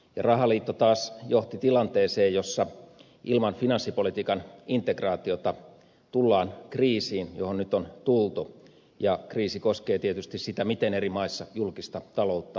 rahaliitto taas johti tilanteeseen jossa ilman finanssipolitiikan integraatiota tullaan kriisiin johon nyt on tultu ja kriisi koskee tietysti sitä miten eri maissa julkista taloutta hoidetaan